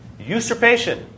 Usurpation